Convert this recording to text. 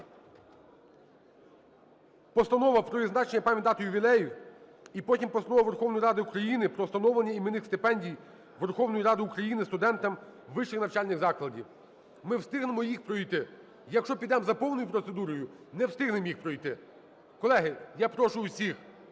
постанова про відзначення пам'ятних дат і ювілеїв і потім Постанова Верховної Ради України про встановлення іменних стипендій Верховної Ради України студентам вищих навчальних закладів. Ми встигнемо їх пройти. Якщо підемо за повною процедурою, не встигнемо їх пройти. Колеги, я прошу всіх